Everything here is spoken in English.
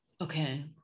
Okay